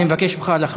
אני מבקש ממך לצאת.